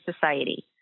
Society